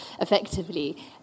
effectively